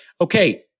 okay